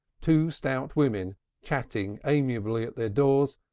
two stout women chatting amicably at their doors,